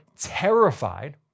terrified